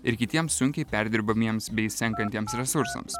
ir kitiems sunkiai perdirbamiems bei senkantiems resursams